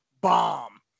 bomb